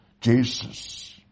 Jesus